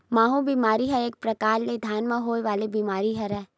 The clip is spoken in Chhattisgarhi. माहूँ बेमारी ह एक परकार ले धान म होय वाले बीमारी हरय